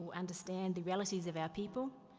or understand the realities of our people,